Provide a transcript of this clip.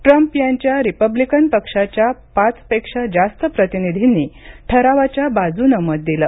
Trump यांच्या Republican पक्षाच्या पाच पेक्षा जास्त प्रतिनिधींनी ठरावाच्या बाजूनं मत दिलं